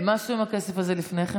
ומה עשו עם הכסף הזה לפני כן,